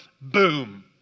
Boom